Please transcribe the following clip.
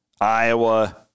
Iowa